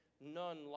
none